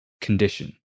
condition